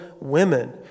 women